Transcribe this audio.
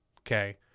Okay